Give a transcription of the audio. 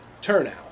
turnout